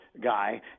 guy